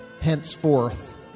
henceforth